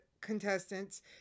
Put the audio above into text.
contestants